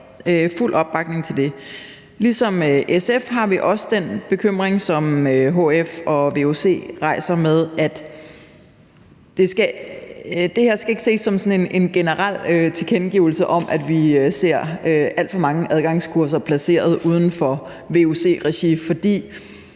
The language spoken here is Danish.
fuld opbakning til det. Ligesom SF har vi også den bekymring, som hf og vuc rejser. Det her skal ikke ses som sådan en generel tilkendegivelse af, at vi skal se alt for mange adgangskurser placeret uden for vuc-regi, for